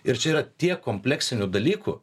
ir čia yra tiek kompleksinių dalykų